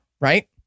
right